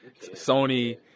sony